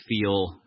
feel